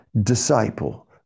disciple